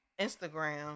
Instagram